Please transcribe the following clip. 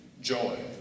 joy